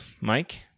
Mike